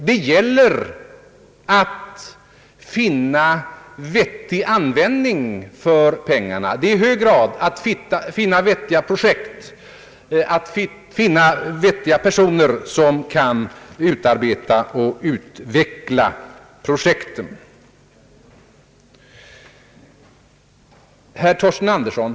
Det gäller att finna vettig användning för pengarna och i hög grad att finna vettiga projekt och vettiga personer som kan utarbeta och utveckla projekten. Herr Thorsten Larsson!